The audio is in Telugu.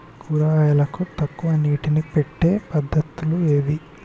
కూరగాయలకు తక్కువ నీటిని పెట్టే పద్దతులు ఏవి?